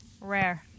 Rare